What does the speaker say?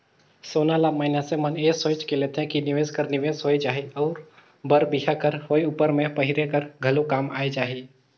सोना ल मइनसे मन ए सोंएच के लेथे कि निवेस कर निवेस होए जाही अउ बर बिहा कर होए उपर में पहिरे कर घलो काम आए जाही